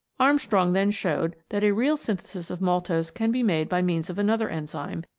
armstrong then showed that a real synthesis of maltose can be made by means of another enzyme,